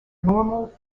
normal